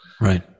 Right